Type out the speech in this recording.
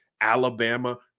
Alabama